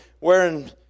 wearing